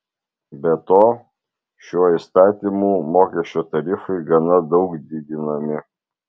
be to šiuo įstatymu mokesčio tarifai gana daug didinami